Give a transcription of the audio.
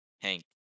Hank